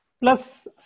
plus